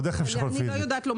אני לא יודעת לומר.